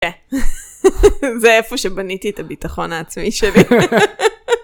זה איפה שבניתי את הביטחון העצמי שלי.